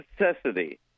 necessity